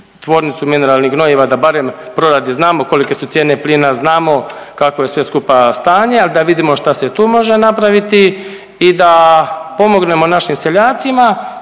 Tvornicu mineralnih gnojiva da barem proradi, znamo kolike su cijene plina, znamo kako je sve skupa stanje, al da vidimo šta se tu može napraviti i da pomognemo našim seljacima